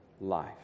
Life